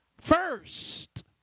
First